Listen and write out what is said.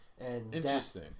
Interesting